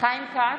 חיים כץ,